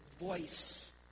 voice